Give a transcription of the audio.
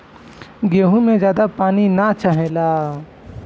गेंहू में ज्यादा पानी ना चाहेला